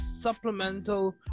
supplemental